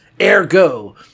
Ergo